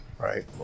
right